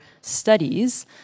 studies